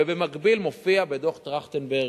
ובמקביל מופיע בדוח-טרכטנברג,